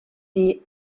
die